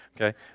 Okay